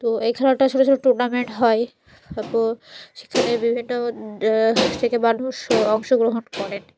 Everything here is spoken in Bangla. তো এই খেলাটা ছোটো ছোটো টুর্নামেন্ট হয় ততো সেখানে বিভিন্ন থেকে মানুষ অংশগ্রহণ করেন